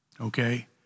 Okay